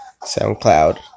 SoundCloud